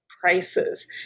prices